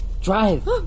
Drive